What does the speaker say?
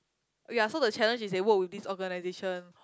ya so the challenge is they work with this organisation